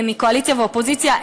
מהקואליציה ומהאופוזיציה,